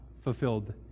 fulfilled